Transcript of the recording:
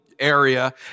area